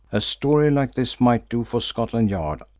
a story like this might do for scotland yard.